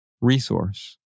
resource